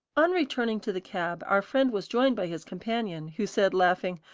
on returning to the cab, our friend was joined by his companion, who said laughing,